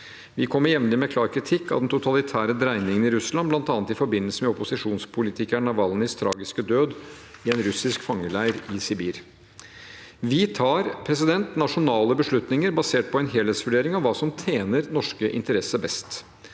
Vi kommer jevnlig med klar kritikk av den totalitære dreiningen i Russland, bl.a. i forbindelse med opposisjonspolitikeren Navalnyjs tragiske død i en russisk fangeleir i Sibir. Vi tar nasjonale beslutninger basert på en helhetsvurdering av hva som tjener norske interesser best.